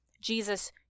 Jesus